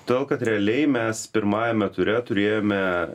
todėl kad realiai mes pirmajame ture turėjome